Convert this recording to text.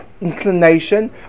inclination